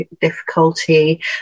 difficulty